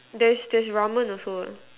there's there's ramen also